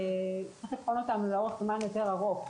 אני מניחה שזה תחומים שצריך לבחון אותם לאורך זמן יותר ארוך,